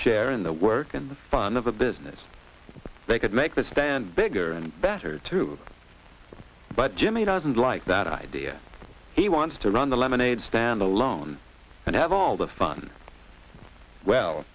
share in the work and the fun of a business they could make this stand bigger and better too but jimmy doesn't like that idea he wants to run the lemonade stand alone and have all the fun well